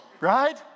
right